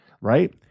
right